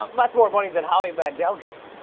um but more money than howie mandel gets.